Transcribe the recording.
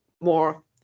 more